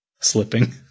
slipping